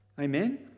Amen